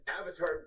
Avatar